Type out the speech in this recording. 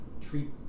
treat